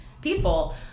people